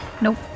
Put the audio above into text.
Nope